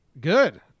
Good